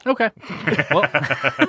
Okay